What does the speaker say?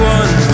one